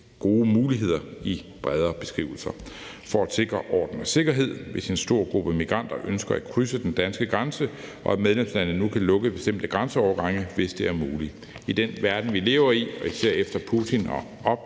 gode muligheder i bredere beskrivelser, og for at sikre orden og sikkerhed, hvis en stor gruppe migranter ønsker at krydse den danske grænse, og at medlemslandene nu kan lukke bestemte grænseovergange, hvis det er muligt. I den verden, vi lever i, og især efter Putin har